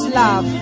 love